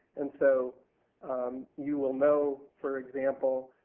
and so you will know, for example,